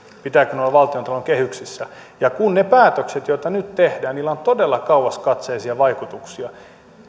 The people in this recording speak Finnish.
olla valtiontalouden kehyksissä ja kun niillä päätöksillä joita nyt tehdään on todella kauaskatseisia vaikutuksia